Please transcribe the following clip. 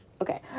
Okay